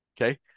Okay